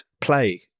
play